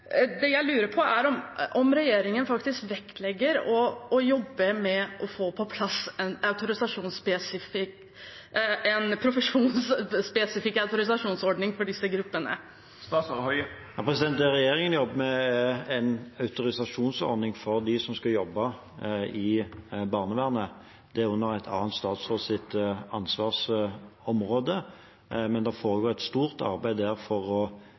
Det jeg lurer på, er om regjeringen faktisk vektlegger å jobbe med å få på plass en profesjonsspesifikk autorisasjonsordning for disse gruppene. Det regjeringen jobber med, er en autorisasjonsordning for dem som skal jobbe i barnevernet. Det er under en annen statsråds ansvarsområde, men det foregår der et stort arbeid for å